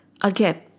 Again